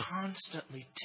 constantly